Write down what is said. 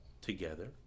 together